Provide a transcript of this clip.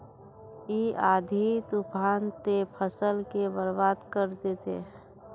इ आँधी तूफान ते फसल के बर्बाद कर देते?